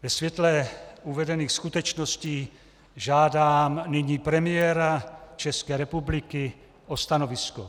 Ve světle uvedených skutečností žádám nyní premiéra České republiky o stanovisko.